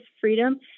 freedom